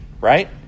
right